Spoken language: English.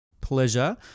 Pleasure